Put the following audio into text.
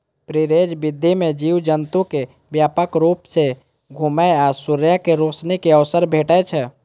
free range विधि मे जीव जंतु कें व्यापक रूप सं घुमै आ सूर्यक रोशनी के अवसर भेटै छै